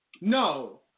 no